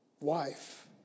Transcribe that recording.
Wife